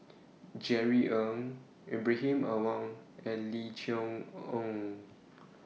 Jerry Ng Ibrahim Awang and Lim Chee Onn